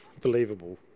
believable